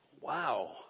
wow